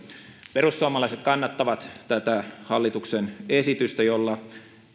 perussuomalaiset kannattavat tätä hallituksen esitystä jolla